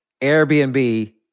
Airbnb